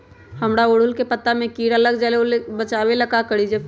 हमरा ओरहुल के पत्ता में किरा लग जाला वो से बचाबे ला का करी?